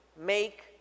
make